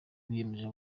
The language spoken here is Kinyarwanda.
biyemeje